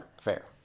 Fair